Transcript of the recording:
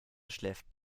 schläft